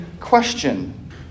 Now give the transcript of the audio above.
question